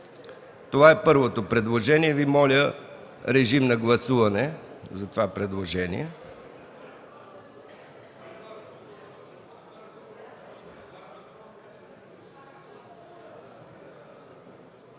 Това е първото предложение. Моля, режим на гласуване за това предложение.